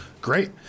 Great